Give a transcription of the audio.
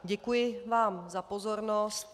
Děkuji vám za pozornost.